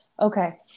Okay